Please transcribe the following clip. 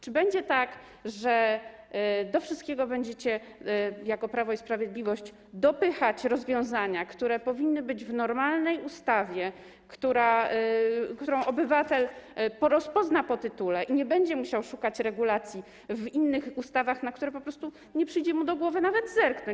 Czy będzie tak, że do wszystkiego będziecie jako Prawo i Sprawiedliwość dopychać rozwiązania, które powinny być w normalnej ustawie, którą obywatel rozpozna po tytule i nie będzie musiał szukać regulacji w innych ustawach, na które po prostu nie przyjdzie mu do głowy nawet zerknąć?